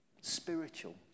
spiritual